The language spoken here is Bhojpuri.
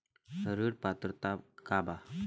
ऋण पात्रता का बा?